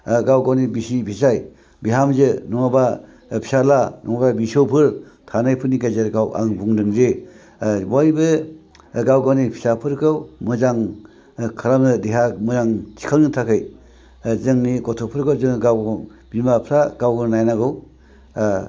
गाव गावनि बिसि फिसाय बिहामजो नङाब्ला फिसाज्ला नङाबा बिसौफोर थानायफोरनि गेजेराव आं बुंदों जे बयबो गाव गावनि फिसाफोरखौ मोजां खालामनो देहा मोजां थिखांनो थाखाय जोंनि गथ'फोरखौ जों गाव गाव बिमा बिफा गाव गाव नायनांगौ